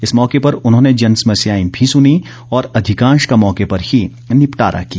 इस मौके पर उन्होंने जनसमस्याए भी सुनी और अधिकांश का मौके पर ही निपटारा कर दिया